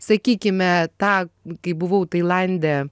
sakykime tą kai buvau tailande